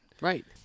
Right